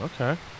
Okay